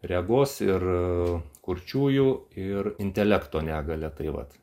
regos ir kurčiųjų ir intelekto negalią tai vat